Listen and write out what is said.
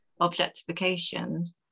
objectification